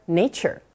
nature